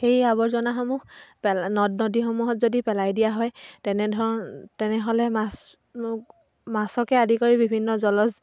সেই আৱৰ্জনাসমূহ পেলা নদ নদীসমূহত যদি পেলাই দিয়া হয় তেনেধৰ তেনেহ'লে মাছ মাছকে আদি কৰি বিভিন্ন জলজ